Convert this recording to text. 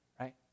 right